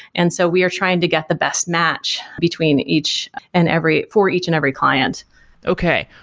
and so we are trying to get the best match between each and every for each and every client okay.